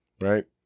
Right